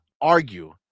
argue